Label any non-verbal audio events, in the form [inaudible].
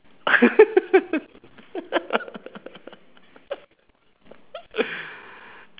[laughs]